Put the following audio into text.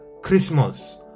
Christmas